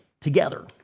together